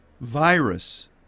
virus